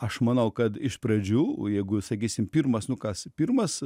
aš manau kad iš pradžių jeigu sakysim pirmas nu kas pirmas